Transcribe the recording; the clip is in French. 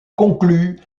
conclu